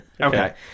okay